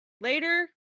later